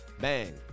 Bang